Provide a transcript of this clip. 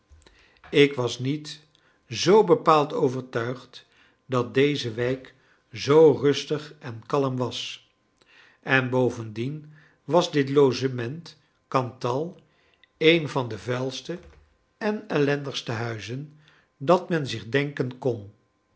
ik was niet zoo bepaald overtuigd dat deze wijk zoo rustig en kalm was en bovendien was dit logement cantal een van de vuilste en ellendigste huizen dat men zich denken kon